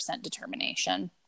determination